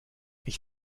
ich